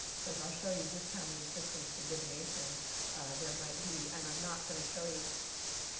because i'll show you just how many systems for divination there might be. and i'm not going to show you